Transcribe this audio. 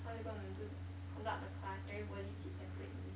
how they're gonna do the conduct the class everybody sit seperately